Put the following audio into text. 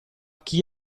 chi